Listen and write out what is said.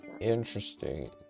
interesting